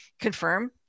confirm